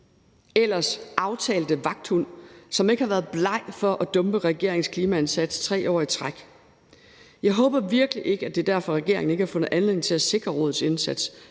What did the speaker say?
ellers aftalte vagthund, som ikke har været bleg for at dumpe regeringens klimaindsats 3 år i træk. Jeg håber virkelig ikke, at det er derfor, regeringen ikke har fundet anledning til at sikre rådets indsats.